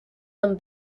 them